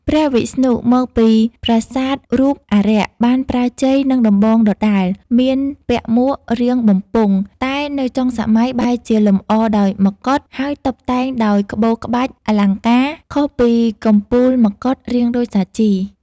ព្រះវិស្ណុមកពីប្រាសាទរូបអារក្ស បានប្រើជ័យ និងដំបងដដែល មានពាក់មួករាងបំពង់ តែនៅចុងសម័យបែរជាលម្អដោយមកុដ ហើយតុបតែងដោយក្បូរក្បាច់ អលង្ការ ខុសពីកំពូលមកុដរាងដូចសាជី។